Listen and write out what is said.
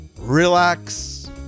relax